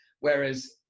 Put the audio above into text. Whereas